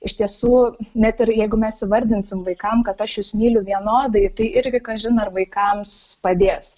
iš tiesų net ir jeigu mes įvardinsim vaikam kad aš jus myliu vienodai tai irgi kažin ar vaikams padės